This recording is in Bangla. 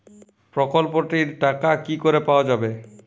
প্রকল্পটি র টাকা কি করে পাওয়া যাবে?